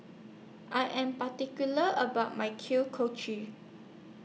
I Am particular about My Kuih Kochi